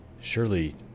Surely